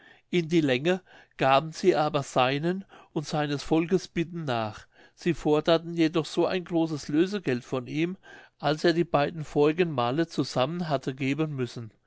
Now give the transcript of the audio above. in die länge gaben sie aber seinen und seines volkes bitten nach sie forderten jedoch ein so großes lösegeld von ihm als er die beiden vorigen male zusammen hatte geben müssen